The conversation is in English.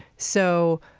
so